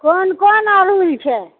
कोन कोन अड़हुल छै